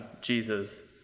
Jesus